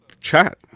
Chat